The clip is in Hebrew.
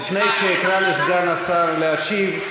לפני שאקרא לסגן השר להשיב,